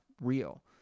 real